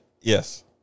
Yes